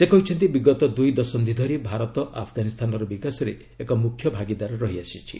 ସେ କହିଛନ୍ତି ବିଗତ ଦୁଇ ଦଶନ୍ଧି ଧରି ଭାରତ ଆଫ୍ଗାନିସ୍ତାନର ବିକାଶରେ ଏକ ମୁଖ୍ୟ ଭାଗିଦାର ରହିଆସିଛି